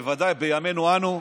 בוודאי בימינו אנו,